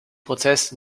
prozess